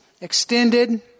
extended